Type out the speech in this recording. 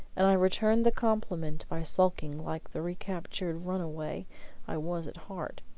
and i returned the compliment by sulking like the recaptured runaway i was at heart.